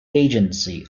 agency